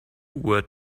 were